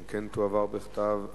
גם כן תועבר בכתב,